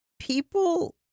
people